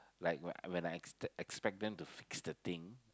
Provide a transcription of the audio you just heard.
like when I when I ex~ expect them to fix the thing